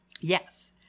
yes